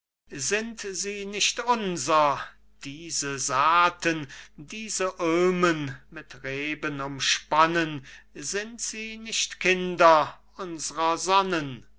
sind sie nicht unser diese saaten diese ulmen mit reben umsponnen sind sie nicht kinder unsrer sonnen